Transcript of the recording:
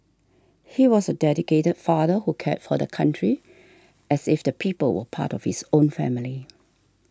he was a dedicated father who cared for the country as if the people were part of his own family